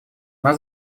она